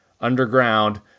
underground